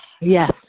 Yes